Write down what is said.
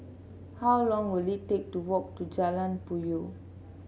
how long will it take to walk to Jalan Puyoh